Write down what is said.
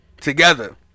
together